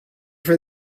for